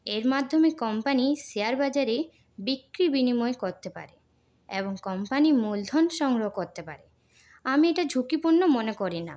এর মাধ্যমে company share বাজারে বিক্রি বিনিময় করতে পারে এবং কোম্পানি মূলধন সংগ্রহ করতে পারে আমি এটা ঝুঁকিপূর্ণ মনে করি না